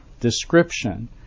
description